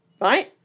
right